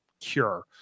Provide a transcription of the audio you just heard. cure